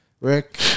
Rick